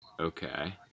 Okay